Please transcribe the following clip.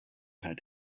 had